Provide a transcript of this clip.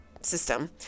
system